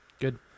Good